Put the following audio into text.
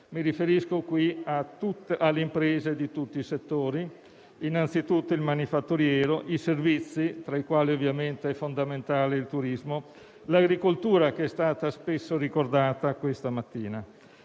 Mi riferisco, qui, alle imprese di tutti i settori: innanzitutto, il settore manifatturiero; i servizi, tra i quali, ovviamente, è fondamentale il turismo; l'agricoltura, che è stata spesso ricordata questa mattina.